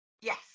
Yes